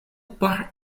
por